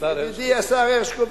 ידידי השר הרשקוביץ,